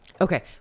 Okay